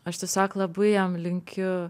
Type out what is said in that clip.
aš tiesiog labai jam linkiu